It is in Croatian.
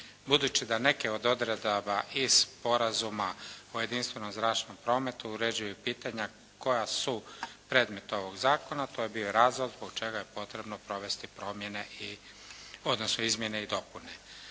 Budući da neke od odredaba iz Sporazuma o jedinstvenom zračnom prometu uređuje i pitanja koja su predmet ovog zakona, to je bio razlog zbog čega je potrebno provesti promjene, odnosno izmjene i dopune.